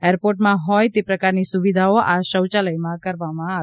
એરપોર્ટમાં હોય તે પ્રકારની સુવિધાઓ આ શોચાલયમાં કરવામાં આવી છે